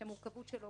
שהמורכבות שלו